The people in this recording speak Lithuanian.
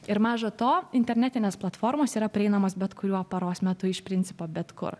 ir maža to internetinės platformos yra prieinamas bet kuriuo paros metu iš principo bet kur